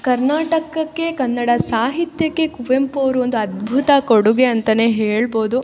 ಕರ್ನಾಟಕಕ್ಕೆ ಕನ್ನಡ ಸಾಹಿತ್ಯಕ್ಕೆ ಕುವೆಂಪು ಅವರು ಒಂದು ಅದ್ಭುತ ಕೊಡುಗೆ ಅಂತ ಹೇಳ್ಬೋದು